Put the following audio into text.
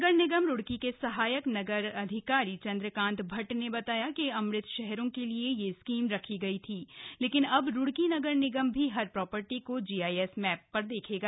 नगर निगम रुइकी के सहायक नगर अधिकारी चन्द्रकान्त भट्ट ने बताया कि अमृत शहरों के लिए यह स्कीम रखी गई थी लेकिन अब रुड़की नगर निगम भी हर प्रॉपर्टी को जीआईएस मैप पर देखेगा